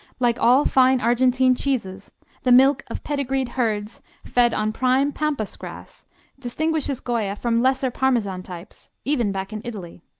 like all fine argentine cheeses the milk of pedigreed herds fed on prime pampas grass distinguishes goya from lesser parmesan types, even back in italy.